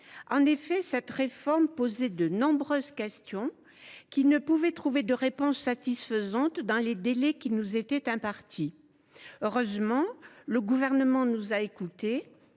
En effet, cette réforme posait de nombreuses questions, qui ne pouvaient trouver de réponses satisfaisantes dans les délais qui nous étaient impartis. Heureusement, le Gouvernement nous a écoutés,